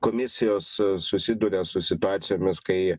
komisijos susiduria su situacijomis kai